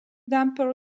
damper